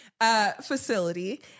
facility